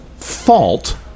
Fault